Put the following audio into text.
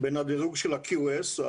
בין הדירוג של ה-QS,